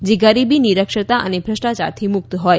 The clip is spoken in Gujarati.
જે ગરીબી નિરક્ષરતા ભ્રષ્ટાયારથી મુક્ત હોય